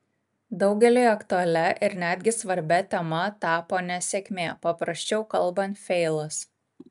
daugeliui aktualia ir netgi svarbia tema tapo nesėkmė paprasčiau kalbant feilas